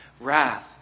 wrath